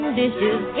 dishes